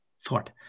thought